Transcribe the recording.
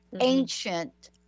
ancient